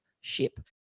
ship